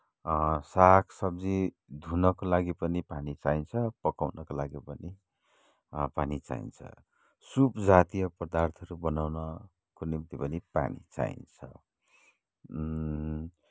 सागसब्जी धुनको लागि पनि पानी चाहिन्छ पकाउनको लागि पनि पानी चाहिन्छ सुप जातीय पदार्थहरू बनाउनको निम्ति पनि पानी चाहिन्छ